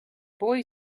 boy